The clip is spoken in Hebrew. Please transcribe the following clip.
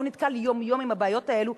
כי הוא נתקל יום-יום בבעיות האלה,